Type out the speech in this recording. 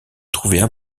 trouvaient